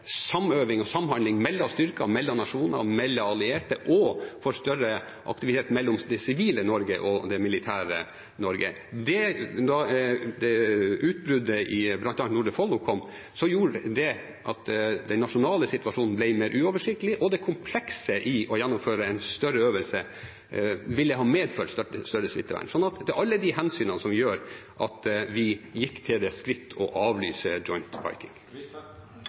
aktivitet mellom det sivile Norge og det militære Norge. Da utbruddet i bl.a. Nordre Follo kom, gjorde det at den nasjonale situasjonen ble mer uoversiktlig, og det komplekse i å gjennomføre en større øvelse ville ha medført større smittevern. Det er alle de hensynene som gjør at vi gikk til det skritt å avlyse Joint